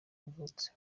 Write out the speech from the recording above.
yavutse